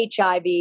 HIV